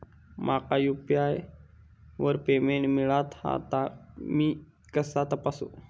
माका यू.पी.आय वर पेमेंट मिळाला हा ता मी कसा तपासू?